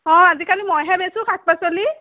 অঁ আজিকালি মইহে বেচোঁ শাক পাচলি